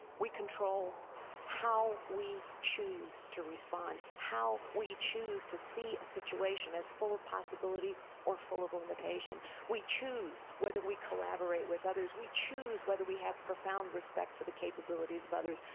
we control how we choose to respond, how we choose to see a situation, as full of possibility or full of limitation. we choose whether we collaborate with other. we choose whether we have profound respect for the capabilities of others.